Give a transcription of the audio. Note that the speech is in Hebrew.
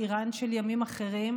איראן של ימים אחרים,